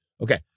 Okay